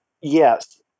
Yes